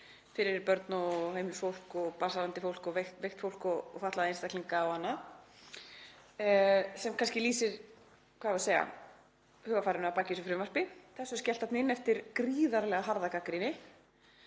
fyrir börn og heimilisfólk og barnshafandi fólk og veikt fólk og fatlaða einstaklinga og annað sem kannski lýsir, hvað eigum við að segja, hugarfarinu að baki þessu frumvarpi. Þessu var skellt þarna inn eftir gríðarlega harða gagnrýni,